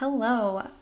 Hello